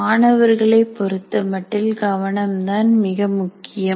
மாணவர்களை பொறுத்தமட்டில் கவனம் தான் மிக முக்கியம்